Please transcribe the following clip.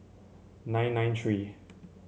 nine nine three